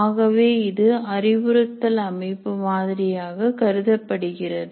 ஆகவே இது அறிவுறுத்தல் அமைப்பு மாதிரியாக கருதப்படுகிறது